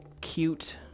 cute